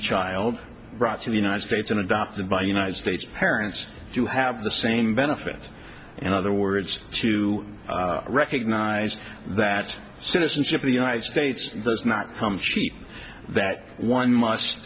child brought to the united states and adopted by united states parents to have the same benefit in other words to recognize that citizenship in the united states does not come cheap that one mu